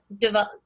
develop